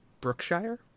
Brookshire